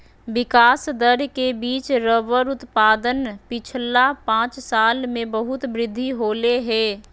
विकास दर के बिच रबर उत्पादन पिछला पाँच साल में बहुत वृद्धि होले हें